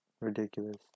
ridiculous